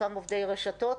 חלקם עובדי רשתות.